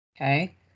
okay